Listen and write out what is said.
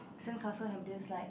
sandcastle have this like